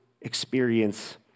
experience